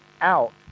out